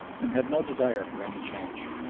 and had no desire for any change.